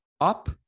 up